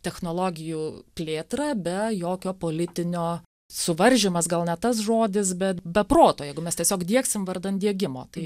technologijų plėtrą be jokio politinio suvaržymas gal ne tas žodis bet be proto jeigu mes tiesiog diegsim vardan diegimo tai